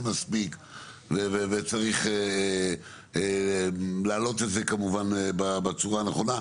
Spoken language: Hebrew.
מספיק וצריך להעלות את זה כמובן בצורה הנכונה.